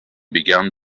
began